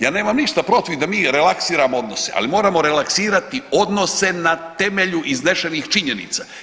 Ja nemam ništa protiv da mi relaksiramo odnose, ali moramo relaksirati odnose na temelju iznešenih činjenica.